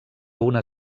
una